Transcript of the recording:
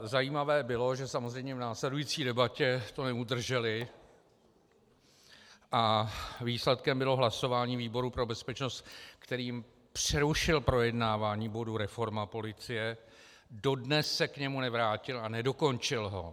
Zajímavé bylo, že samozřejmě v následující debatě to neudrželi a výsledkem bylo hlasování výboru pro bezpečnost, který přerušil projednávání bodu reforma policie, dodnes se k němu nevrátil a nedokončil ho.